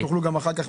תוכלו גם אחר כך,